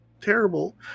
terrible